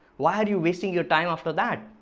why are you wasting your time after that?